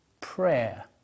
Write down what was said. prayer